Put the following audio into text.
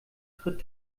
tritt